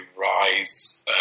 rise